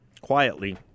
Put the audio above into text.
quietly –